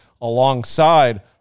alongside